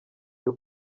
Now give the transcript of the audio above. byo